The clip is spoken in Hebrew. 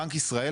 בנק ישראל,